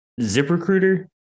ZipRecruiter